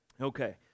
Okay